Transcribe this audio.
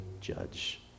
judge